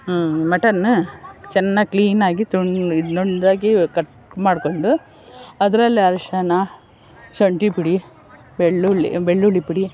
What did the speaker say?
mutton ಚೆನ್ನಾಗಿ ಕ್ಲೀನಾಗಿ ಒಂದೊಂದಾಗಿ ಕಟ್ ಮಾಡಿಕೊಂಡು ಅದರಲ್ಲಿ ಅರಶಿನ ಚಟ್ನಿ ಪುಡಿ ಬೆಳ್ಳುಳ್ಳಿ ಬೆಳ್ಳುಳ್ಳಿ ಪುಡಿ